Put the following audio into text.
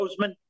Roseman